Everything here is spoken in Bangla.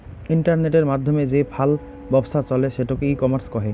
ইন্টারনেটের মাধ্যমে যে ফাল ব্যপছা চলে সেটোকে ই কমার্স কহে